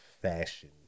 fashion